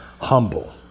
humble